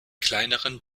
kleineren